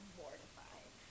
mortified